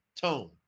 Tone